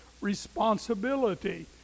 responsibility